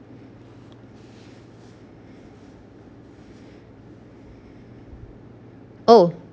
oh